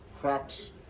crops